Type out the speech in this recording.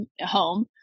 home